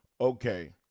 okay